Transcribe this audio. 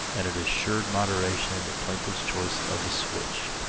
and it assured moderation plaintiff's choice of a switch.